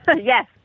Yes